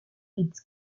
its